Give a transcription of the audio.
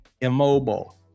immobile